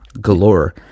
galore